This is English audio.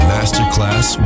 Masterclass